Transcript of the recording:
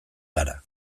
gara